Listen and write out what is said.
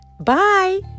Bye